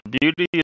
beauty